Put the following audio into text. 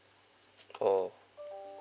orh